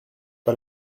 pas